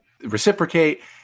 reciprocate